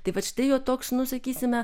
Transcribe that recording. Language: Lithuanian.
tai vat štai jo toks nu sakysime